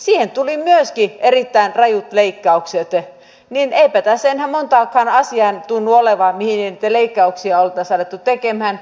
siihen tuli myöskin erittäin rajut leikkaukset niin eipä tässä enää montaakaan asiaa tunnu olevan mihin niitä leikkauksia ei oltaisi alettu tekemään